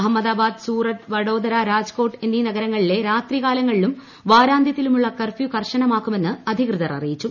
അഹമ്മദാബാദ് സൂററ്റ് വഡോദര രാജ്കോട്ട് എന്നീ നഗരങ്ങളിലെ രാത്രികാലങ്ങളിലും വാരാന്ത്യത്തിലുമുള്ള കർഫ്യു കർക്കശമാക്കുമെന്ന് അധികൃതർ അറിയിച്ചു